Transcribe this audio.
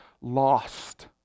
lost